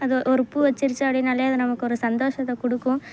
அது ஒரு பூ வச்சிருச்சு அப்படினாலே நமக்கது சந்தோஷத்தை கொடுக்கும்